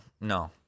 no